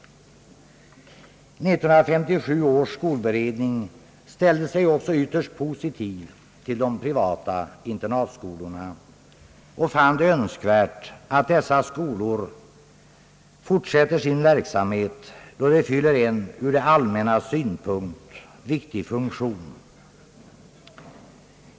1957 års skolberedning ställde sig också ytterst positiv till de privata internatskolorna och fann det önskvärt att dessa skolor fortsatte sin verksamhet, då de fyllde en ur det allmännas synpunkt viktig funktion.